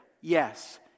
yes